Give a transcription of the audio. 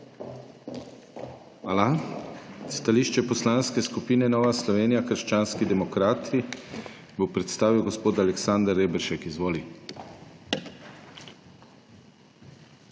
Hvala. Stališče Poslanske skupine Nova Slovenija – krščanski demokrati bo predstavil gospod Janez Žakelj. Izvolite.